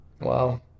Wow